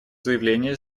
заявление